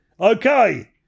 okay